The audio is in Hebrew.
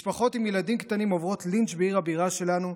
משפחות עם ילדים קטנים עוברות לינץ' בעיר הבירה שלנו.